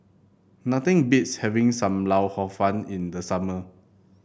nothing beats having Sam Lau Hor Fun in the summer